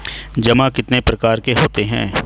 जमा कितने प्रकार के होते हैं?